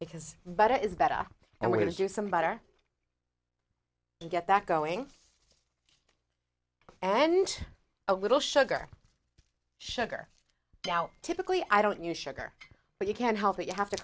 because butter is better and we're going to do some butter to get that going and a little sugar sugar doubt typically i don't need a sugar but you can't help it you have to